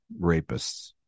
rapists